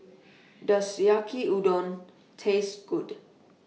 Does Yaki Udon Taste Good